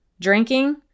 drinking